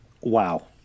wow